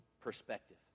perspective